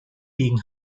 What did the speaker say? being